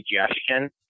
digestion